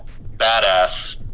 badass